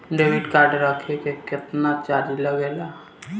Debit card रखे के केतना चार्ज लगेला?